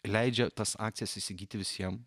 leidžia tas akcijas įsigyti visiem